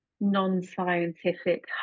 non-scientific